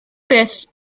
beth